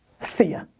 see yah.